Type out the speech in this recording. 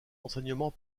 enseignement